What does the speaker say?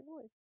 voice